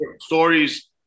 stories